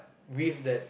with that